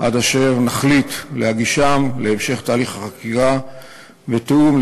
עד אשר נחליט להגישם להמשך תהליך החקיקה בתיאום עם